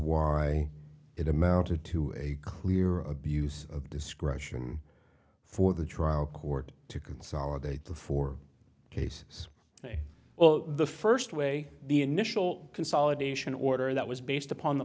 why it amounted to a clear abuse of discretion for the trial court to consolidate the four cases well the first way the initial consolidation order that was based upon the